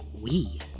We